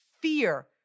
fear